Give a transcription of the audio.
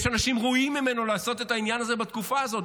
יש אנשים ראויים ממנו לעשות את העניין הזה בתקופה הזאת.